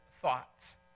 thoughts